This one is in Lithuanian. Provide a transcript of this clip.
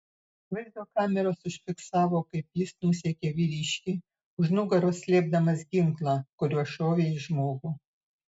vaizdo kameros užfiksavo kaip jis nusekė vyriškį už nugaros slėpdamas ginklą kuriuo šovė į žmogų